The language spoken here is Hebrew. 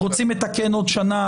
רוצים לתקן עוד שנה,